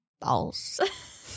Balls